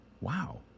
Wow